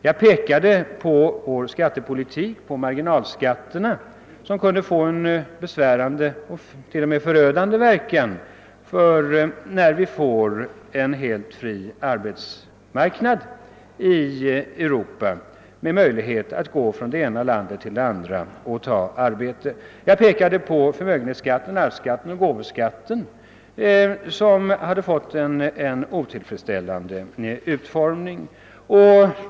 Jag pekade därvid på vår skattepolitik och sade: att våra marginalskatter kan få en besvärande eller t.o.m. förödande verkan när vi får en helt fri arbetsmarknad i Europa med: möjlighet att resa från det ena landet till det andra och ta arbete. Likaså pekade jag på förmögenhetsskatten, arvsskatten:: och gåvoskatten som har fått otillfredsställande utformning.